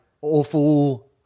awful